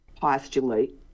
postulate